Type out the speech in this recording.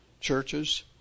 churches